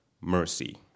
mercy